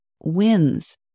wins